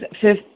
fifth